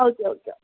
okay okay